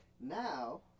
Now